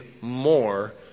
more